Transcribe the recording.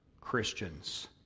Christians